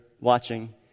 watching